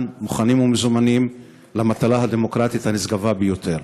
מוכנים ומזומנים למטרה הדמוקרטית הנשגבה ביותר.